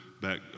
back